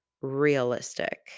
realistic